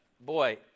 boy